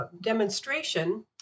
Demonstration